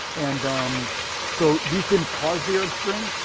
and um so these didn't cause the arab spring,